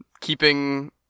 keeping